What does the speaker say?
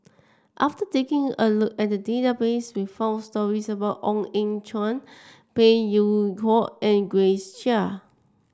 after taking a look at database we found stories about Ong Eng Guan Phey Yew Kok and Grace Chia